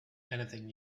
anything